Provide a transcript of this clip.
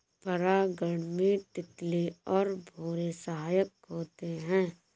परागण में तितली और भौरे सहायक होते है